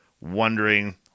wondering